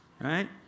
right